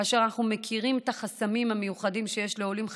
ואנחנו מכירים את החסמים המיוחדים שיש לעולים חדשים.